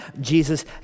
Jesus